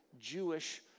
Jewish